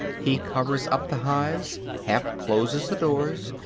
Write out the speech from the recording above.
he covers up the hives, half closes the doors,